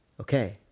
Okay